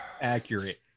Accurate